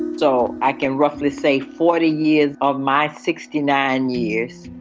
so i can roughly say forty years of my sixty nine years.